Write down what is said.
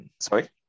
Sorry